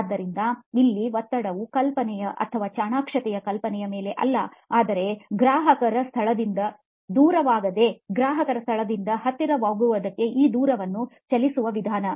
ಆದ್ದರಿಂದ ಇಲ್ಲಿ ಒತ್ತಡವು ಕಲ್ಪನೆಯ ಅಥವಾ ಚಾಣಾಕ್ಷತೆಯ ಕಲ್ಪನೆಯ ಮೇಲೆ ಅಲ್ಲ ಆದರೆ ಗ್ರಾಹಕರ ಸ್ಥಳದಿಂದ ದೂರವಾಗದೆ ಗ್ರಾಹಕರ ಸ್ಥಳದಿಂದ ಹತ್ತಿರವಾಗುವುದಕ್ಕೆ ಈ ದೂರವನ್ನು ಚಲಿಸುವ ವಿಧಾನ